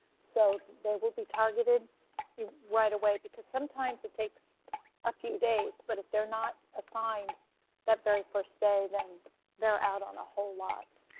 so they will be targeted right away because sometimes it takes a few days, but if they're not assigned that very first day, then they're out on a whole lot.